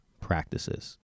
practices